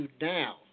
now